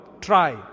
Try